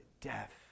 death